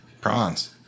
prawns